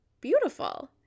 beautiful